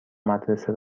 مدرسه